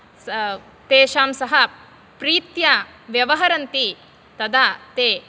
स तेषां सह प्रीत्या व्यवहरन्ति तदा ते